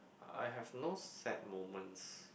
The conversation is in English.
I have no sad moments